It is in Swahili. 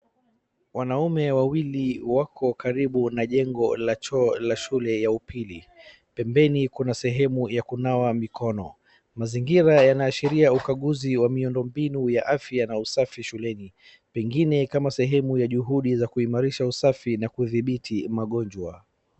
Wanaume wawili wako karibu na jengo la choo la shule ya upili, pembeni kuna sehemu ya kunawa mikono. Maazingira yanaashiria ukaguzi ya miundombini ya afya na usafi shuleni, pengine kama sehemu ya juhudi za kuimarisha usafi na kudhibiti magonjwa.